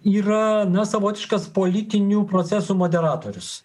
yra savotiškas politinių procesų moderatorius